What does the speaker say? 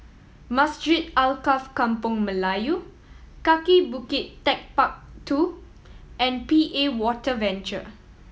Masjid Alkaff Kampung Melayu Kaki Bukit Techpark Two and P A Water Venture